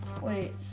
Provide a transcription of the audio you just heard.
Wait